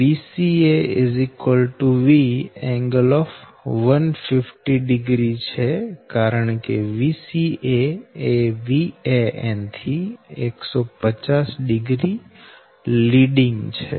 Vca Vㄥ1500 છે કારણકે Vca એ Van થી 1500 લીડીંગ છે